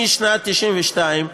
משנת 1992,